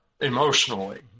emotionally